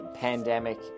pandemic